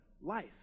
life